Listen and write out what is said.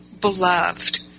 beloved